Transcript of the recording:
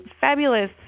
fabulous